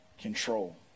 control